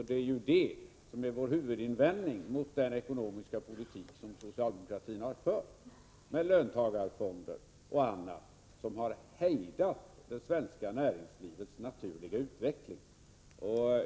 Det är detta som är vår huvudinvändning mot den ekonomiska politik som socialdemokratin har fört, med löntagarfonder och annat som har hejdat det svenska näringslivets naturliga utveckling.